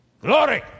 Glory